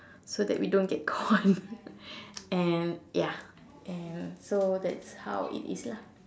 so that we don't get caught and ya and so that's how it is lah